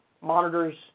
monitors